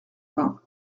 vingt